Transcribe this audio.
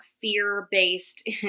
fear-based